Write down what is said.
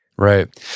Right